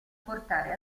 portare